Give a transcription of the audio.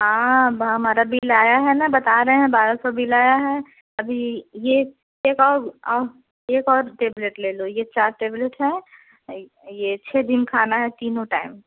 हाँ हमारा बिल आया है ना बता रहे हैं बारह सौ बिल आया है अभी यह एक और एक और टेबलेट ले लो यह चार टैबलेट है यह छः दिन खाना है तीनों टाइम